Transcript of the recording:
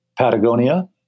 Patagonia